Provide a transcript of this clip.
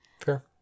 fair